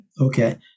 okay